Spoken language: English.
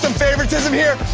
favoritism here.